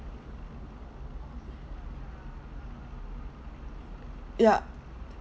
yeah